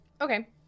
Okay